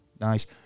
nice